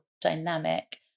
dynamic